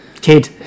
kid